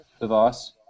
device